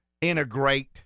integrate